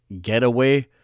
getaway